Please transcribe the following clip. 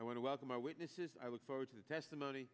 i want to welcome our witnesses i look forward to the testimony